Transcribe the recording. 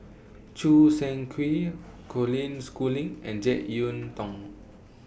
Choo Seng Quee Colin Schooling and Jek Yeun Thong